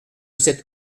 cette